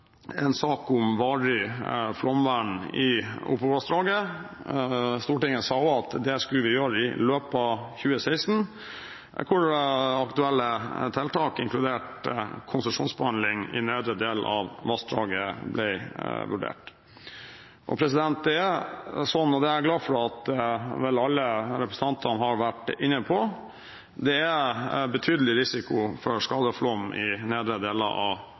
sak om varig flomvern i Opovassdraget. Stortinget sa også at det skulle gjøres i løpet av 2016, der aktuelle tiltak, inkludert konsesjonsbehandling i nedre del av vassdraget, ble vurdert. Jeg er glad for at vel alle representantene har vært inne på at det er betydelig risiko for skadeflom i nedre deler av